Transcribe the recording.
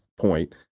point